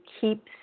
keep